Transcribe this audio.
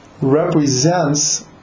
represents